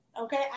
Okay